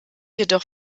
jedoch